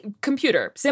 computer